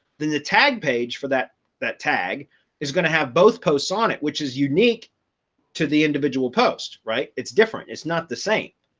then the tag page for that that tag is going to have both posts on it, which is unique to the individual post, right? it's different, it's not the same.